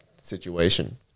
situation